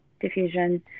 diffusion